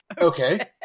Okay